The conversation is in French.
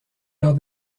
lors